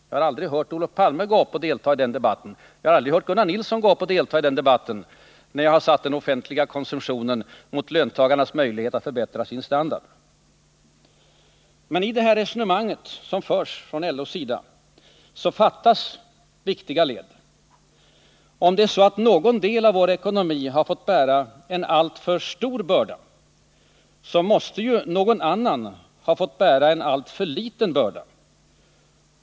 Jag har aldrig hört Olof Palme eller Gunnar Nilsson delta i den debatten, när jag har satt den offentliga konsumtionen mot löntagarnas möjligheter att förbättra sin standard. Men i det resonemang som nu förs från LO:s sida fattas viktiga led. Om någon del av vår ekonomi fått bära en alltför stor börda, måste någon annan ha fått bära en alltför liten börda.